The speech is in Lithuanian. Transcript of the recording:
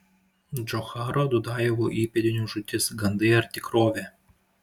džocharo dudajevo įpėdinio žūtis gandai ar tikrovė